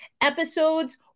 episodes